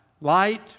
Light